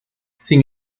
sin